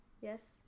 Yes